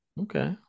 Okay